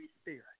Spirit